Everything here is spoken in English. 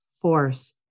force